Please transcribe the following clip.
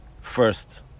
first